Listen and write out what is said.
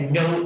no